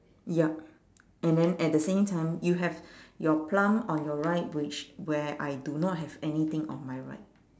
ya and then at the same time you have your plum on the right which where I do not have anything on my right